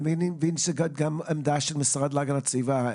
אני מבין שזו גם העמדה של המשרד להגנת הסביבה,